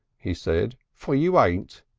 he said, for you ain't.